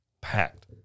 packed